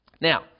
Now